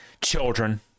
children